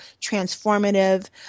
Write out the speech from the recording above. transformative